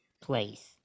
place